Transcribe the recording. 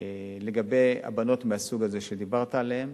לגבי בנות מהסוג הזה, שדיברת עליהן.